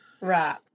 Right